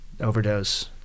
overdose